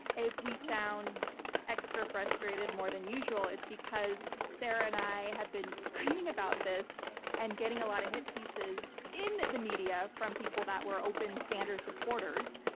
if we sound extra frustrated more than usual it's because sarah and i have been screaming about this and getting a lot of hit pieces in the media from people that were open sanders supporters,